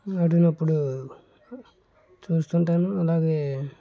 ఆడినప్పుడు చూస్తు ఉంటాను అలాగే